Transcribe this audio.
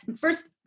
First